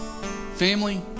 family